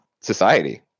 society